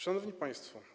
Szanowni Państwo!